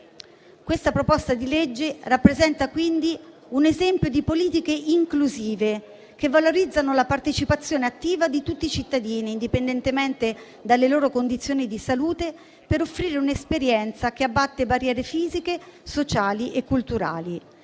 legge in esame rappresenta, quindi, un esempio di politiche inclusive che valorizzano la partecipazione attiva di tutti i cittadini, indipendentemente dalle loro condizioni di salute, per offrire un'esperienza che abbatte barriere fisiche, sociali e culturali.